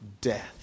death